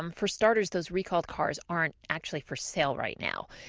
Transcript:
um for starters, those recalled cars aren't actually for sale right now.